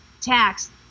tax